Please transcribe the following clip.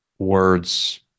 words